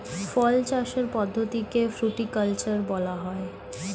ফল চাষের পদ্ধতিকে ফ্রুটিকালচার বলা হয়